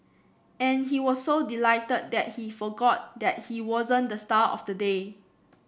and he was so delighted that he forgot that he wasn't the star of the day